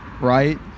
right